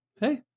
Hey